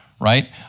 right